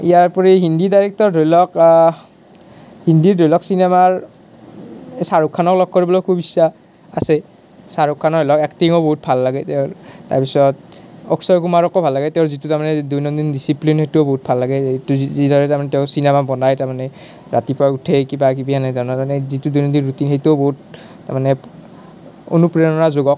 ইয়াৰোপৰি হিন্দী ডাইৰেক্টৰ ধৰি লওক হিন্দীৰ ধৰি লওক চিনেমাৰ শ্বাহৰুখ খানক লগ কৰিবলৈ খুব ইচ্ছা আছে শ্বাহৰুখ খানৰ ধৰি লওক এক্টিঙো বহুত ভাল লাগে তেওঁৰ তাৰ পিছত অক্ষয় কুমাৰকো ভাল লাগে তেওঁৰ যিটো তাৰ মানে দৈনন্দিন ডিছপ্লেন সেইটোও বহুত ভাল লাগে এইটো যিদৰে তাৰ মানে তেওঁ চিনেমা বনাই তাৰ মানে ৰাতিপুৱা উঠিয়ে কিবা কিবি এনে ধৰণৰ মানে যিটো দৈনন্দিন ৰুটিন সেইটোও বহুত তাৰ মানে অনুপ্ৰেৰণা যোগাওক